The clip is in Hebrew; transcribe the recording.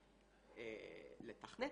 לתכנת,